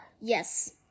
Yes